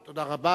תודה רבה.